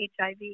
HIV